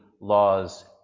laws